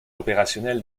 opérationnel